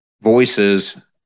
voices